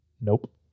nope